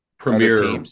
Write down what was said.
Premier